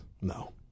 No